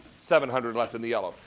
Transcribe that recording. seven hundred left in the yellow.